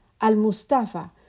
Al-Mustafa